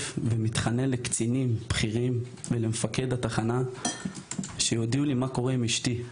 ומתחנן לקצינים בכירים וגם למפקד התחנה שיודיעו לי מה קורה עם אשתי.